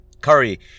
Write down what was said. Curry